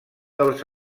dels